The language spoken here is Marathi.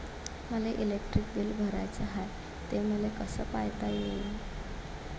मले इलेक्ट्रिक बिल भराचं हाय, ते मले कस पायता येईन?